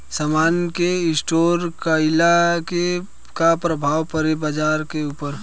समान के स्टोर काइला से का प्रभाव परे ला बाजार के ऊपर?